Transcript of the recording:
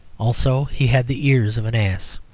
also, he had the ears of an ass.